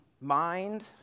mind